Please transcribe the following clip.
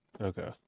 Okay